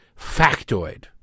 factoid